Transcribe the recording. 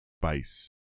spice